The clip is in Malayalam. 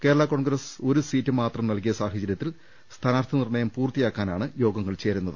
കേരള കോൺഗ്രസ് ഒരു സീറ്റ് മാത്രം നൽകിയ സാഹചര്യത്തിൽ സ്ഥാനാർത്ഥി നിർണയം പൂർത്തിയാക്കാനാണ് യോഗങ്ങൾ ചേരുന്നത്